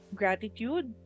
gratitude